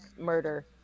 murder